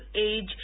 age